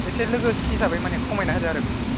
एसे लोगो हिसाबै माने खमायना होदो आरो बेनोसै